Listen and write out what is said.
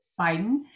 Biden